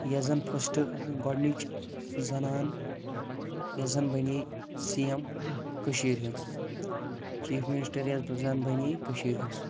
یۄس زن فسٹ گۄڈنِچ زنان یۄس زَن بنے سی ایٚم کٔشیٖر ہٕنٛز چیف منِسٹر یۄس زن بنے کٔشیٖر ہِنٛز